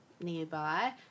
nearby